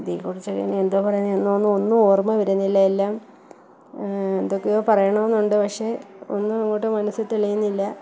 ഇതേ കുറിച്ച് ഇനി എന്തോ പറയാനാ ഒന്നും ഒന്നും ഒന്നും ഓർമ്മ വരുന്നില്ല എല്ലാം എന്തൊക്കെയോ പറയണമെന്നുണ്ട് പക്ഷേ ഒന്നും അങ്ങോട്ട് മനസ്സിൽ തെളിയുന്നില്ല